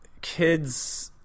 Kids